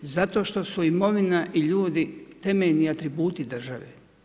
Zato što su imovina i ludi temeljni atributi države.